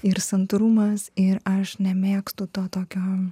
ir santūrumas ir aš nemėgstu to tokio